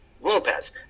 Lopez